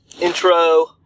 intro